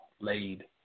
Laid